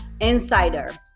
insider